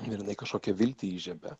ir jinai kažkokią viltį įžiebia